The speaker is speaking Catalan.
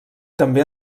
també